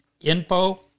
info